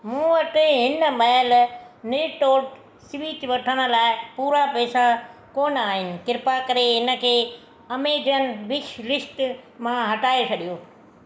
मूं वटि हिन महिल निटोट स्विच वठण लाइ पूरा पैसा कोन आहिनि कृपा करे हिनखे अमेजन विश लिस्ट मां हटाए छॾियो